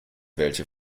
welche